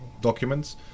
documents